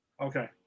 Okay